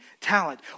talent